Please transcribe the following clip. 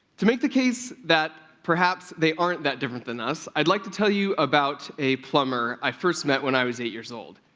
to make the case that perhaps they aren't that different than us, i'd like to tell you about a plumber i first met when i was eight years old.